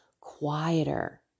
quieter